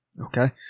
okay